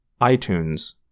iTunes